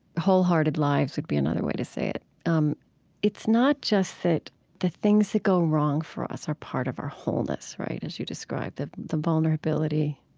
wholehearted lives would be another way to say it um it's not just that the things that go wrong for us are part of our wholeness, right, as you describe, that the vulnerability